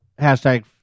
hashtag